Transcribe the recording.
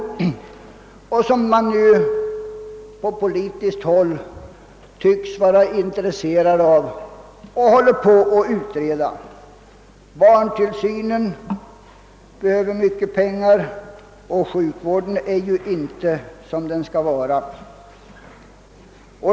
Detta tillskott tycks man på politiskt håll vara intresserad av och det är för närvarande föremål för utredning. Barntillsynen kräver mycket pengar, och sjukvården är ju inte som den skall vara.